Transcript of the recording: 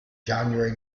january